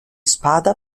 spada